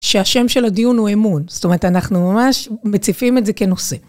שהשם של הדיון הוא אמון, זאת אומרת, אנחנו ממש מציפים את זה כנושא.